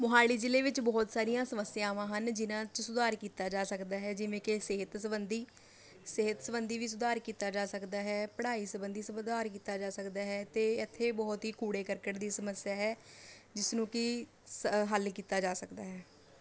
ਮੋਹਾਲੀ ਜ਼ਿਲ੍ਹੇ ਵਿੱਚ ਬਹੁਤ ਸਾਰੀਆਂ ਸਮੱਸਿਆਵਾਂ ਹਨ ਜਿਹਨਾਂ 'ਚ ਸੁਧਾਰ ਕੀਤਾ ਜਾ ਸਕਦਾ ਹੈ ਜਿਵੇਂ ਕਿ ਸਿਹਤ ਸੰਬੰਧੀ ਸਿਹਤ ਸੰਬੰਧੀ ਵੀ ਸੁਧਾਰ ਕੀਤਾ ਜਾ ਸਕਦਾ ਹੈ ਪੜ੍ਹਾਈ ਸੰਬੰਧੀ ਸਬਧਾਰ ਕੀਤਾ ਜਾ ਸਕਦਾ ਹੈ ਅਤੇ ਇੱਥੇ ਬਹੁਤ ਹੀ ਕੂੜੇ ਕਰਕਟ ਦੀ ਸਮੱਸਿਆ ਹੈ ਜਿਸ ਨੂੰ ਕਿ ਸ ਹੱਲ ਕੀਤਾ ਜਾ ਸਕਦਾ ਹੈ